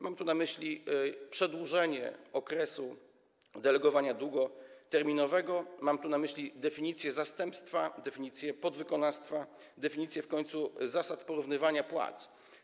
Mam tu na myśli przedłużenie okresu delegowania długoterminowego, mam tu na myśli definicję zastępstwa, definicję podwykonawstwa, w końcu definicję zasad porównywania płac.